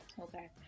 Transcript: okay